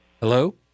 Hello